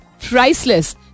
priceless